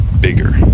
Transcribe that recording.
bigger